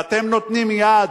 ואתם נותנים יד,